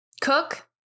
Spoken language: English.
Cook